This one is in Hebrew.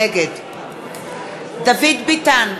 נגד דוד ביטן,